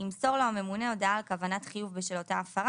ימסור לו הממונה הודעה על כוונת חיוב בשל אותה הפרה,